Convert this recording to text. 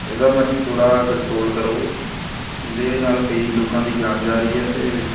ਇਹਦਾ ਮੈਡਮ ਥੋੜ੍ਹਾ ਕੰਟਰੋਲ ਕਰੋ ਇਹਦੇ ਨਾਲ ਕਈ ਲੋਕਾਂ ਦੀ ਜਾਨ ਜਾ ਰਹੀ ਹੈ ਅਤੇ